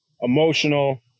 emotional